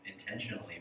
intentionally